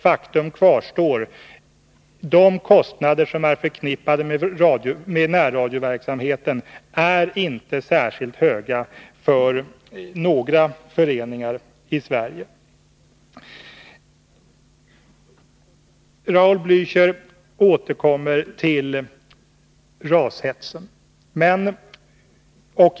Faktum kvarstår: De kostnader som är förknippade med närradioverksamheten är inte särskilt höga för några föreningar i Sverige. Raul Blächer återkommer till detta med rashetsen.